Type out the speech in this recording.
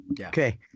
Okay